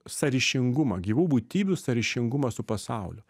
sąryšingumą gyvų būtybių sąryšingumą su pasauliu